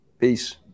Peace